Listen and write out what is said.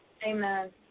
Amen